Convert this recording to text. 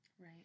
Right